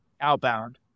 outbound